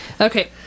okay